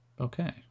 okay